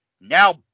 Now